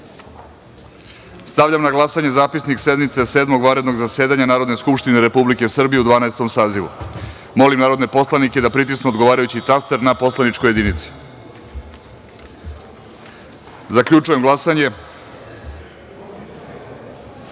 na glasanje Zapisnik sednice Sedmog vanrednog zasedanja Narodne skupštine Republike Srbije u Dvanaestom sazivu. Molim narodne poslanike da pritisnu odgovarajući taster na poslaničkoj jedinici. Zaključujem glasanje: